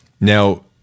Now